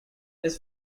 his